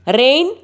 rain